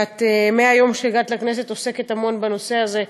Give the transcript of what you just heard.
שמהיום שהגעת לכנסת את עוסקת המון בנושא הזה,